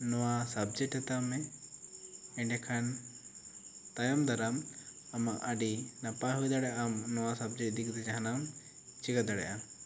ᱱᱚᱣᱟ ᱥᱟᱵᱽᱡᱮᱠᱴ ᱦᱟᱛᱟᱣ ᱢᱮ ᱮᱱᱰᱮᱠᱷᱟᱱ ᱛᱟᱭᱚᱢ ᱫᱟᱨᱟᱢ ᱟᱢᱟᱜ ᱟᱹᱰᱤ ᱱᱟᱯᱟᱭ ᱦᱩᱭ ᱫᱟᱲᱮᱭᱟᱜᱼᱟ ᱱᱚᱣᱟ ᱥᱟᱵᱽᱡᱮᱠᱴ ᱤᱫᱤ ᱠᱟᱛᱮ ᱡᱟᱦᱟᱱᱟᱜ ᱮᱢ ᱪᱮᱠᱟ ᱫᱟᱲᱮᱭᱟᱜᱼᱟ